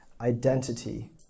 identity